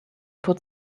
put